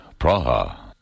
Praha